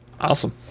Awesome